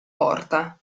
porta